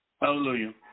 Hallelujah